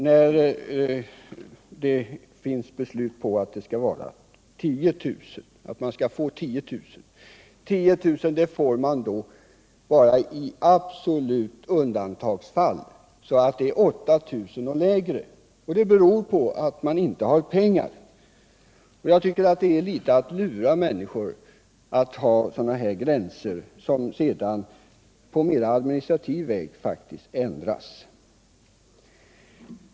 när det finns beslut på 10 000 — lån på 10 000 får man bara i absoluta undantagsfall. Praxis är 8 000 och lägre, och det beror på att man inte har pengar. Jag tycker att det i någon mån är att lura människor att ha sådana här gränser, som faktiskt ändras snarast på administrativ väg.